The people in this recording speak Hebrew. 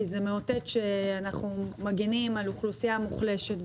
כי זה מאותת שאנחנו מגנים על אוכלוסייה מוחלשת,